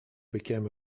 became